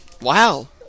Wow